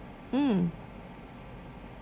mm